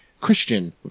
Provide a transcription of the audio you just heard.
Christian